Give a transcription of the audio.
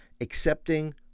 accepting